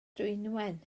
dwynwen